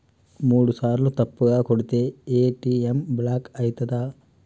మూడుసార్ల తప్పుగా కొడితే ఏ.టి.ఎమ్ బ్లాక్ ఐతదా?